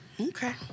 Okay